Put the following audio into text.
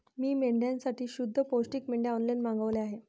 मी मेंढ्यांसाठी शुद्ध पौष्टिक पेंढा ऑनलाईन मागवला आहे